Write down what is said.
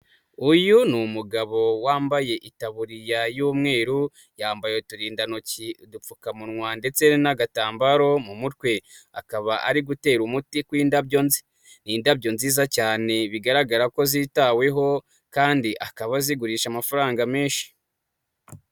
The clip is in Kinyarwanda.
Uyu ni umugabo wambaye itabuririya y'umweru, yambaye uturindantoki, dupfukamunwa ndetse n'agatambaro mu mutwe, akaba ari gutera umuti kw' indabyo nzi, ni indabyo nziza cyane bigaragara ko zitaweho, kandi akaba azigurisha amafaranga menshi.